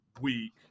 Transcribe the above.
week